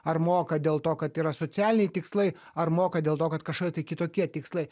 ar moka dėl to kad yra socialiniai tikslai ar moka dėl to kad kažkokie tai kitokie tikslai